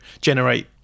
generate